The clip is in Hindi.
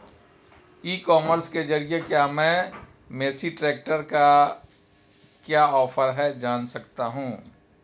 ई कॉमर्स के ज़रिए क्या मैं मेसी ट्रैक्टर का क्या ऑफर है जान सकता हूँ?